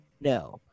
no